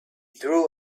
drew